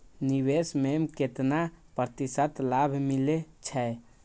निवेश में केतना प्रतिशत लाभ मिले छै?